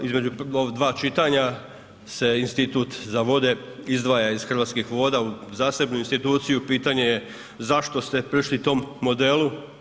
Između dva čitanja se Institut za vode izdvaja iz Hrvatskih voda u zasebnu instituciju, pitanje je zašto se prešli tom modelu.